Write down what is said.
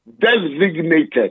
designated